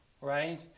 right